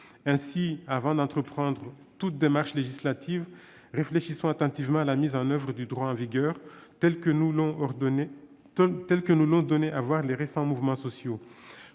Ainsi, avant d'entreprendre toute démarche législative, réfléchissons attentivement à la mise en oeuvre du droit en vigueur, telle que les récents mouvements sociaux